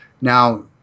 Now